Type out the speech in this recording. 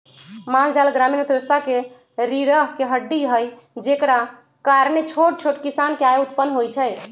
माल जाल ग्रामीण अर्थव्यवस्था के रीरह के हड्डी हई जेकरा कारणे छोट छोट किसान के आय उत्पन होइ छइ